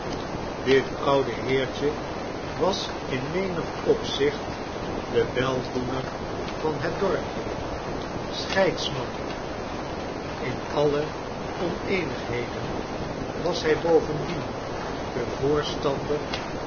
dit oude heertje was in menig opzicht de weldoener van het dorpje scheidsman in alle oneenigheden was hij bovendien de voorstander